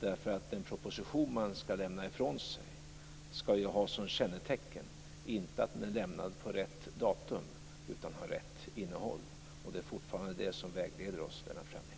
Den proposition man lämnar ifrån sig skall ha som kännetecken inte att den är lämnad på rätt datum utan att den har rätt innehåll. Det är fortfarande det som vägleder oss, Lennart Fremling.